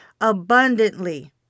abundantly